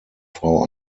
frau